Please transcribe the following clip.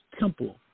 temple